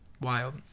wild